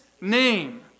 name